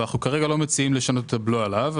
ואנחנו כרגע לא מציעים לשנות את הבלו עליו.